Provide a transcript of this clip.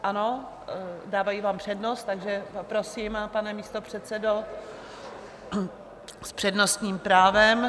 Ano, dávají vám přednost, takže prosím, pane místopředsedo, s přednostním právem.